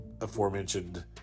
aforementioned